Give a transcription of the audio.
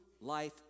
life